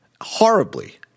horribly